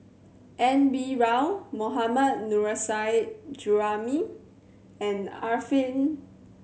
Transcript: N B Rao Mohammad Nurrasyid Juraimi and Arifin